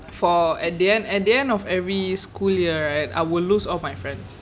for at the end at the end of every school year right I will lose all my friends